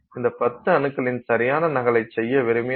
இந்த 10 அணுக்களின் சரியான நகலை செய்ய விரும்பினால்